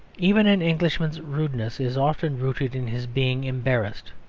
even an englishman's rudeness is often rooted in his being embarrassed.